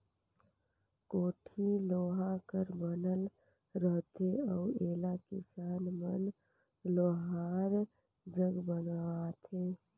कोड़ी लोहा कर बनल रहथे अउ एला किसान मन लोहार जग बनवाथे